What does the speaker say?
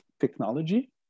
technology